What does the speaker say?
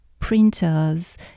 printers